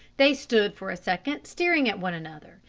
they stood for a second staring at one another,